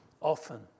often